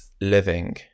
living